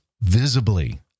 visibly